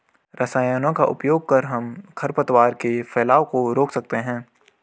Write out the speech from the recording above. रसायनों का उपयोग कर हम खरपतवार के फैलाव को रोक सकते हैं